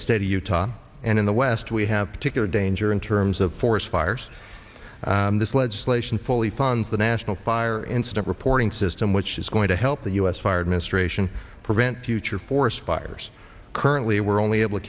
the state of utah and in the west we have particular danger in terms of forest fires this legislation fully fund the national fire incident reporting system which is going to help the u s fired ministration prevent future forest fires currently we're only able to